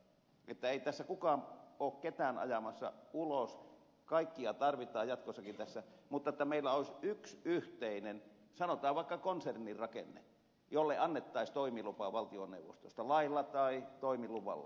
ei tässä kukaan ole ketään ajamassa ulos kaikkia tarvitaan jatkossakin tässä mutta siinä meillä olisi yksi yhteinen sanotaan vaikka konsernirakenne jolle annettaisiin toimilupa valtioneuvostosta lailla tai toimiluvalla